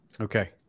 Okay